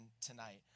tonight